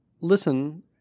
listen